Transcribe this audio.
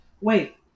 wait